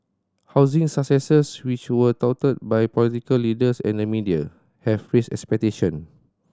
housing successes which were touted by political leaders and the media have raised expectation